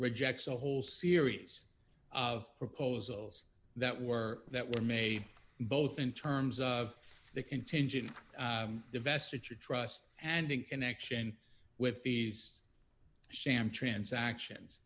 rejects a whole series of proposals that were that were made both in terms of the contingent divestiture trust and in connection with fees sham transactions